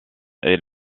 est